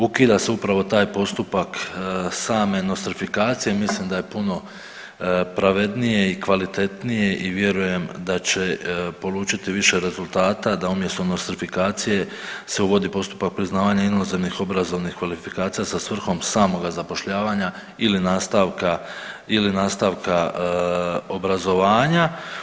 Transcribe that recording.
Ukida se upravo taj postupak same nostrifikacije, mislim da je puno pravednije i kvalitetnije i vjerujem da će polučiti više rezultata da umjesto nostrifikacije se uvodi postupak priznavanja inozemnih obrazovnih kvalifikacija sa svrhom samoga zapošljavanja ili nastavka obrazovanja.